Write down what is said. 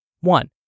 One